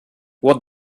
what